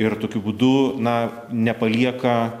ir tokiu būdu na nepalieka